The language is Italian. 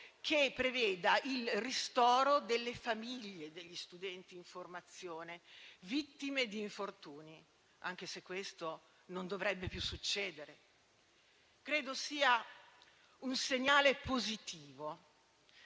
che preveda il ristoro delle famiglie degli studenti in formazione vittime di infortuni (anche se questo non dovrebbe più succedere). Credo sia un segnale positivo